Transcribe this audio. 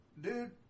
dude